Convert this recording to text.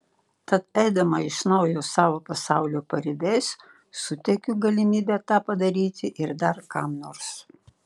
tad eidama iš naujo savo pasaulio paribiais suteikiu galimybę tą padaryti ir dar kam nors